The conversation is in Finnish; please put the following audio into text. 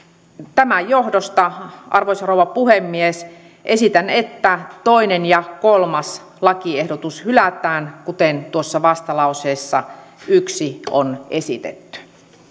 tämän johdosta arvoisa rouva puhemies esitän että toinen ja kolmas lakiehdotus hylätään kuten vastalauseessa yksi on esitetty